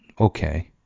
okay